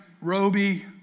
Roby